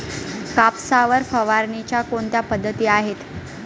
कापसावर फवारणीच्या कोणत्या पद्धती आहेत?